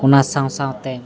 ᱚᱱᱟ ᱥᱟᱶᱼᱥᱟᱶᱛᱮ